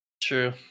True